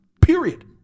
period